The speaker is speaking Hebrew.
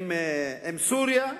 עם סוריה,